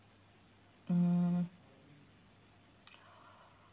mm